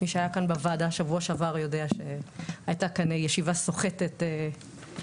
מי שהיה כאן בוועדה שבוע שעבר יודע שהיתה כאן ישיבה סוחטת אנרגיה,